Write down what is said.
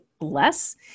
less